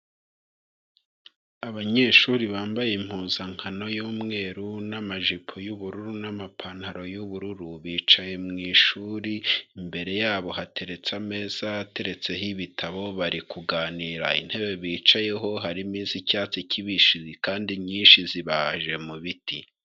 Abanyeshuri bambaye impuzankano y'umweru n'amajipo y'ubururu n'amapantaro y'ubururu, bicaye mu ishuri imbere yabo hateretse ameza ateretseho ibitabo bari kuganira, intebe bicayeho harimo iz'icyatsi kibisi kandi inyinshi zibaje mu biti.